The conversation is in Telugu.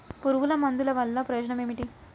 పురుగుల మందుల వల్ల ప్రయోజనం ఏమిటీ?